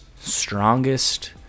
strongest